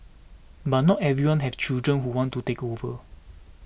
but not everyone has children who want to take over